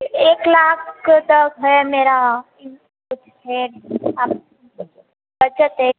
एक लाख तक है मेरा इन है आप बजट है